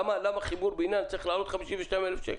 למה חיבור בניין צריך לעלות 52,000 שקל?